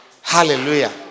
Hallelujah